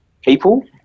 people